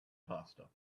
pasta